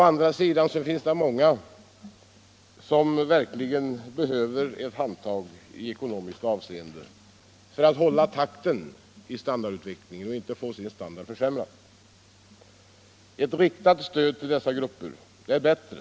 Men det finns också många som verkligen behöver ett handtag i ekonomiskt avseende för att hålla takten i standardutvecklingen och inte få sin standard försämrad. Ett riktat stöd till dessa grupper är bättre.